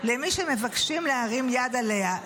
למי שמבקשים להרים יד עליה.